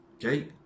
Okay